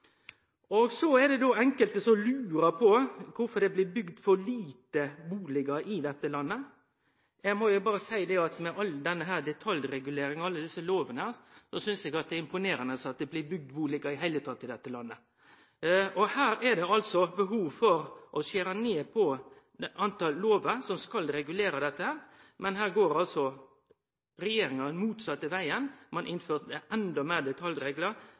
miljølovgivinga. Så er det enkelte som lurer på kvifor det blir bygd for lite bustader i dette landet. Eg må berre seie at med all denne detaljreguleringa og alle desse lovane synest eg det er imponerande at det blir bygd bustader i det heile tatt i dette landet. Her er det behov for å skjere ned på talet på lovar som skal regulere dette, men her går regjeringa motsett veg, ein innfører endå fleire detaljreglar og endå meir